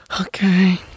Okay